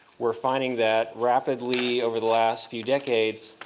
we're finding that rapidly, over the last few decades,